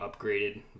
upgraded